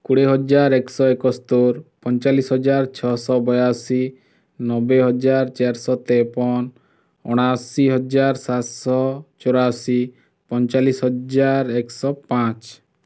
କୋଡ଼ିଏ ହଜାର ଏକଶହ ଏକସ୍ତୋରି ପଞ୍ଚାଳିଶ ହଜାର ଛଅଶହ ବୟାଅଶୀ ନବେହଜାର ଚାରିଶହ ତେପନ ଅଣାଅଶୀ ହଜାର ସାତଶହ ଚଉରାଅଶୀ ପଞ୍ଚାଳିଶ ହଜାର ଏକଶହ ପାଞ୍ଚ